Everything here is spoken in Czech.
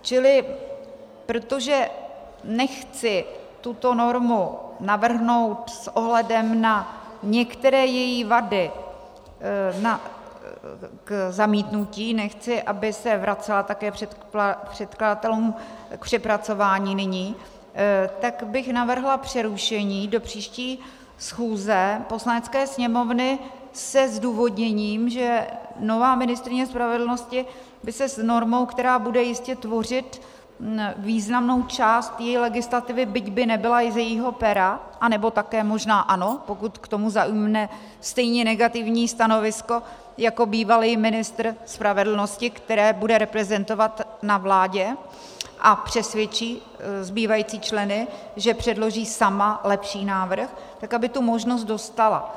Čili protože nechci tuto normu navrhnout s ohledem na některé její vady k zamítnutí, nechci, aby se vracela předkladatelům k přepracování nyní, tak bych navrhla přerušení do příští schůze Poslanecké sněmovny se zdůvodněním, že nová ministryně spravedlnosti by se s normou, která bude jistě tvořit významnou část její legislativy, byť by nebyla z jejího pera, anebo také možná ano, pokud k tomu zaujme stejně negativní stanovisko jako bývalý ministr spravedlnosti, které bude reprezentovat na vládě, a přesvědčí zbývající členy, že předloží sama lepší návrh, tak aby tu možnost dostala.